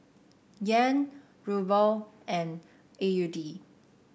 Yen Ruble and A U D